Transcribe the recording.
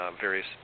various